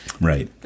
right